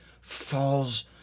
falls